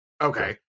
okay